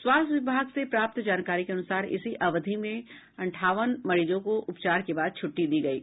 स्वास्थ्य विभाग से प्राप्त जानकारी के अनुसार इसी अवधि में अंठावन मरीजों को उपचार के बाद छुट्टी दी गयी